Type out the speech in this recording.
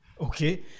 Okay